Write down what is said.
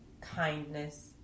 kindness